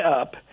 up